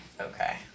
Okay